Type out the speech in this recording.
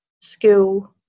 school